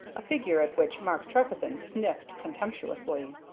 a figure at which mark trefethen sniffed contemptuously.